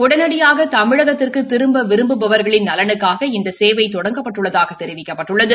உடனடியாக தமிழகத்திற்கு திரும்ப விரும்புபவர்களின் நலனுக்காக இந்த சேவை தொடங்கப்பட்டுள்ளதாக தெரிவிக்கப்பட்டுள்ளது